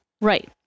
Right